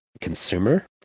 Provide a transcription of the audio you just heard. consumer